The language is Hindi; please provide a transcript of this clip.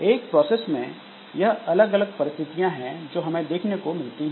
एक प्रोसेस में यह अलग अलग परिस्थितियां हैं जो हमें देखने को मिलती हैं